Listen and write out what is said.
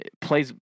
plays